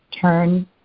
Turn